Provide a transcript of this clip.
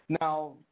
Now